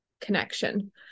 connection